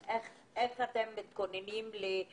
אי אפשר לפתור בעיות עם כלים ישנים שלא לוקחים